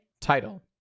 Title